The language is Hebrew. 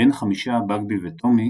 מבין החמישה בגבי וטומי